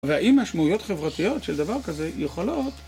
והאם משמעויות חברתיות של דבר כזה יכולות?